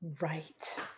Right